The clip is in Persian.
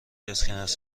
اسکناس